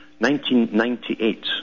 1998